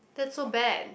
that's so bad